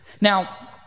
now